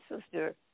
sister